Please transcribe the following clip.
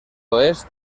oest